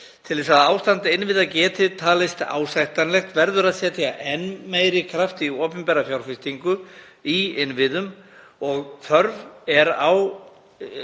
Til þess að ástand innviða geti talist ásættanlegt verður að setja enn meiri kraft í opinbera fjárfestingu í innviðum og þörf er á